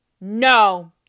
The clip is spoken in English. No